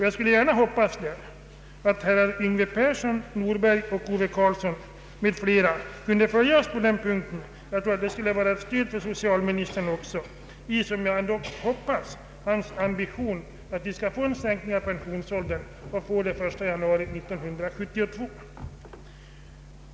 Jag hoppas att herrar Yngve Persson, Norberg, Ove Karlsson m.fl. följer oss på den punkten. Jag tror att det skulle vara ett stöd för socialministern i, som jag hoppas, hans ambition att få till stånd en sänkt pensionsålder den 1 januari 1972.